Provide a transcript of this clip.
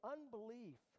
Unbelief